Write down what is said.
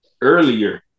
earlier